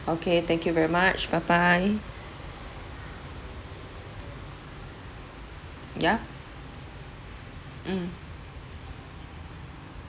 okay thank you very much bye bye yeah mm